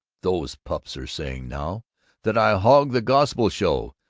those pups are saying now that i hog the gospel-show,